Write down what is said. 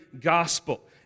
gospel